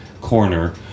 corner